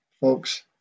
folks